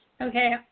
Okay